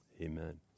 Amen